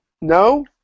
No